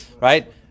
right